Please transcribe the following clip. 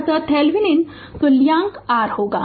Refer Slide Time 2416 अत Thevenin तुल्यांक r होगा